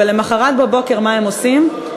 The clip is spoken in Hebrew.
ולמחרת בבוקר מה הם עושים?